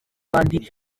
n’abandi